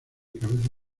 cabeza